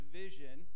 vision